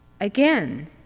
Again